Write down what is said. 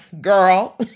girl